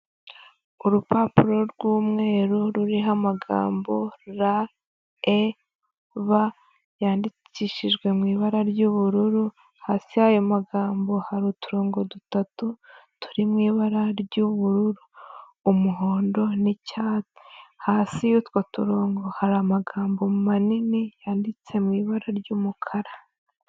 Urupapuro rw'umweru ruriho amagambo REB yandikishijwe mu ibara ry'ubururu, hasi y'ayo magambo hari uturongo dutatu, turi mu ibara ry'ubururu, umuhondo n'icyatsi; hasi y'utwo turongo hari amagambo manini yanditse mu ibara ry'umukara.